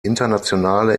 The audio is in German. internationale